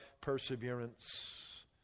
perseverance